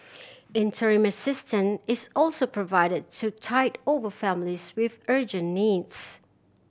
interim assistance is also provided to tide over families with urgent needs